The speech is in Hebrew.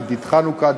עידית חנוכה,